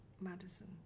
Madison